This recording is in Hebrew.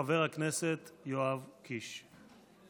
חבר הכנסת יואב קיש.